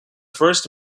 first